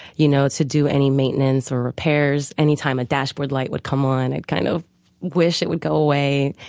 you know, to do any maintenance or repairs. any time a dashboard light would come on, i'd kind of wish it would go away.